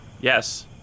Yes